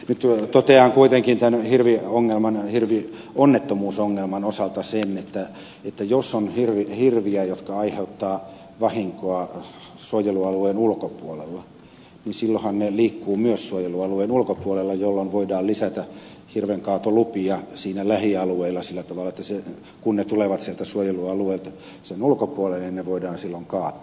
nyt totean kuitenkin tämän hirvionnettomuusongelman osalta sen että jos on hirviä jotka aiheuttavat vahinkoa suojelualueen ulkopuolella niin silloinhan ne liikkuvat myös suojelualueen ulkopuolella jolloin voidaan lisätä hirvenkaatolupia siinä lähialueilla sillä tavalla että kun ne tulevat sieltä suojelualueelta sen ulkopuolelle niin ne voidaan silloin kaataa